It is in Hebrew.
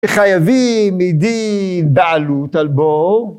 ‫חייבים מדין בעלות על בור.